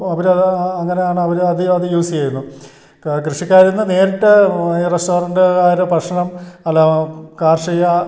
അവരത് അങ്ങനെ ആണ് അവരധികം അത് യൂസ് ചെയ്യുന്നു കൃഷിക്കാരിൽ നിന്ന് നേരിട്ട് ഈ റെസ്റ്റോറൻ്റുകാർ ഭക്ഷണം അല്ല കാർഷിക